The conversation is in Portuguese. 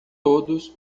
todos